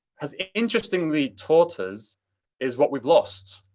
has interestingly taught us is what we've lost.